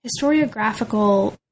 historiographical